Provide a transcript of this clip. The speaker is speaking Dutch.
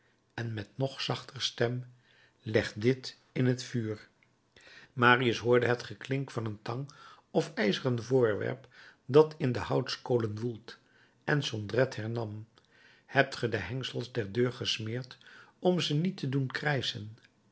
en met nog zachter stem leg dit in het vuur marius hoorde het geklink van een tang of ijzeren voorwerp dat in de houtskolen woelt en jondrette hernam hebt ge de hengsels der deur gesmeerd om ze niet te doen krijschen